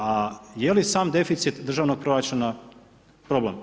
A je li sam deficit državnog proračuna problem?